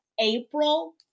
April